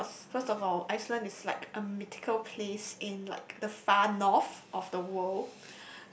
because first of all Iceland is like a mythical place in like the far north of the world